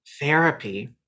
Therapy